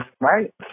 Right